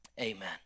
amen